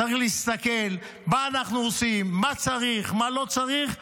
צריך להסתכל מה אנחנו עושים, מה צריך ומה לא צריך.